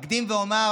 אקדים ואומר,